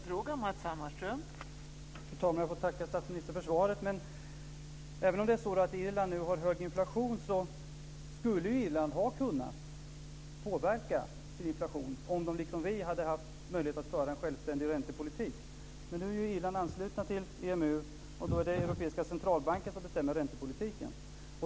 Fru talman! Jag får tacka statsministern för svaret. Även om det är så att Irland har en hög inflation skulle Irland ha kunnat påverka sin inflation om de liksom vi hade haft möjlighet att föra en självständig räntepolitik. Men nu är Irland anslutet till EMU, och då är det den europeiska centralbanken som bestämmer räntepolitiken.